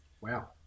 Wow